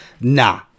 nah